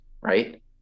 right